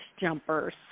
Jumpers